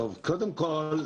קודם כל,